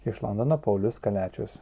iš londono paulius kaliačius